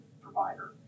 provider